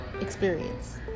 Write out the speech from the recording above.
experience